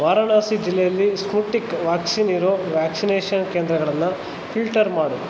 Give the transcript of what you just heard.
ವಾರಣಾಸಿ ಜಿಲ್ಲೆಯಲ್ಲಿ Sputnik vaccine ಇರೋ vaccination ಕೇಂದ್ರಗಳನ್ನು ಫಿಲ್ಟರ್ ಮಾಡು